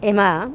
એમાં